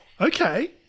Okay